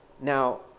Now